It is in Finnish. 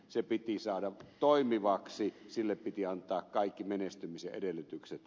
se piti saada toimivaksi sille piti antaa kaikki menestymisen edellytykset